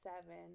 seven